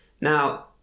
Now